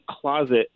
closet